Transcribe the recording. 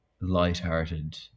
light-hearted